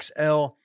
XL